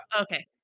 okay